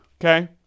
okay